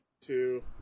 two